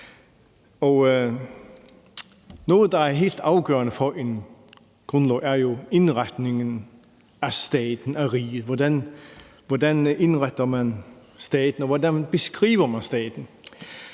Noget, der er helt afgørende for en grundlov, er jo indretningen af staten, af riget. Hvordan indretter man staten, og hvordan beskriver man staten?